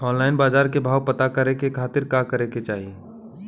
Online बाजार भाव पता करे के खाती का करे के चाही?